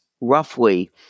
roughly